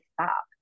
stop